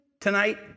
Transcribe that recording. tonight